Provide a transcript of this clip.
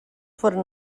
foren